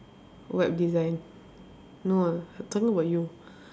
web design no ah I talking about you